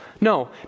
No